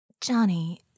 Johnny